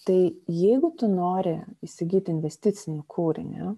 tai jeigu tu nori įsigyti investicinį kūrinį